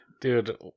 dude